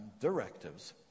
directives